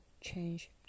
change